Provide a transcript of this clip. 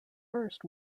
first